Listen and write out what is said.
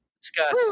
discuss